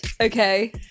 Okay